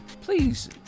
please